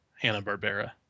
Hanna-Barbera